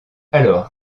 alors